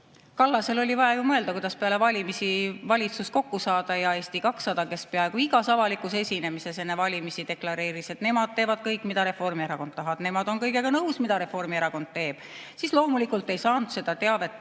Kallasel oli vaja ju mõelda, kuidas peale valimisi valitsus kokku saada, ja Eesti 200, kes peaaegu igas avalikus esinemises enne valimisi deklareeris, et nemad teevad kõik, mida Reformierakond tahab, nemad on kõigega nõus, mida Reformierakond teeb, siis loomulikult ei saanud seda teavet